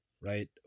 right